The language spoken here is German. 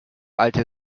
alte